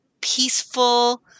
peaceful